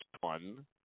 one